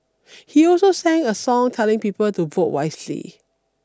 he also sang a song telling people to vote wisely